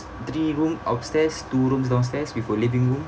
three room upstairs two rooms downstairs with a living room